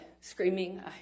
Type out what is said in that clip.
screaming